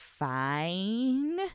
fine